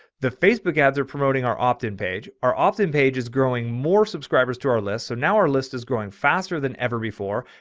the facebook ads are promoting our optin page are often pages growing more subscribers to our list. so now our list is growing faster than ever before.